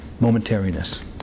momentariness